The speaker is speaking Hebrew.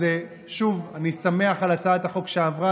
אז שוב, אני שמח על הצעת החוק שעברה.